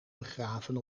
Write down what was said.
begraven